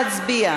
נא להצביע.